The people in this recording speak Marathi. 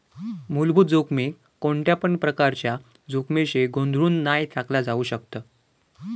मुलभूत जोखमीक कोणत्यापण प्रकारच्या जोखमीशी गोंधळुन नाय टाकला जाउ शकत